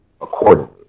accordingly